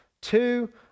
Two